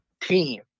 team